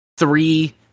three